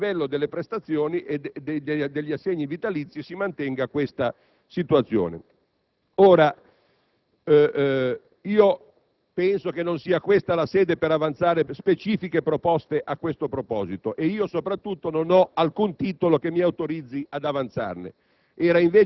il livello delle prestazioni e degli assegni vitalizi, si mantenga questa situazione. Non è questa la sede per avanzare specifiche proposte a tale proposito e, soprattutto, io non ho alcun titolo che mi autorizzi a farlo.